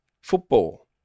football